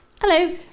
Hello